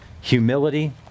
humility